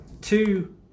two